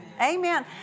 Amen